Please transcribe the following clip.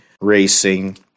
racing